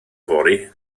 fory